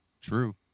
True